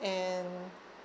and